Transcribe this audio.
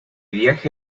viaje